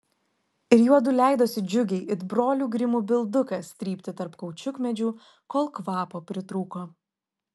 ir juodu leidosi džiugiai it brolių grimų bildukas trypti tarp kaučiukmedžių kol kvapo pritrūko